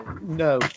No